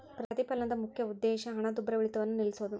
ಪ್ರತಿಫಲನದ ಮುಖ್ಯ ಉದ್ದೇಶ ಹಣದುಬ್ಬರವಿಳಿತವನ್ನ ನಿಲ್ಸೋದು